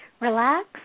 relax